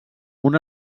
una